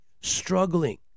struggling